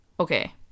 Okay